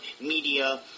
media